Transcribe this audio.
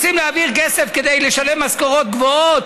רוצים להעביר כסף כדי לשלם משכורות גבוהות